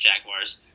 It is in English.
Jaguars